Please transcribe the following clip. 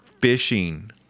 fishing